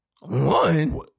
One